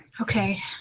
Okay